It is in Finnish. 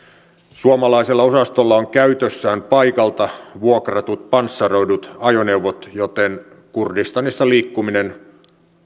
suomalaisella osastolla on käytössään paikalta vuokratut panssaroidut ajoneuvot joten kurdistanissa liikkuminen